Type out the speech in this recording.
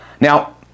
Now